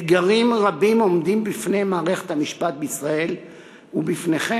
אתגרים רבים עומדים בפני מערכת המשפט בישראל ובפניכם,